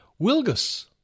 Wilgus